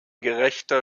gerechter